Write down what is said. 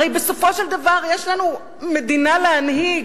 הרי בסופו של דבר יש לנו מדינה להנהיג,